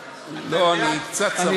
לא, אני קצת צרוד.